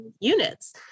units